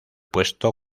puesto